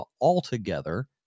altogether